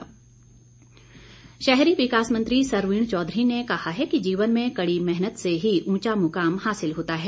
सरवीण शहरी विकास मंत्री सरवीण चौधरी ने कहा है कि जीवन में कड़ी मेहनत से ही ऊंचा मुकाम हासिल होता है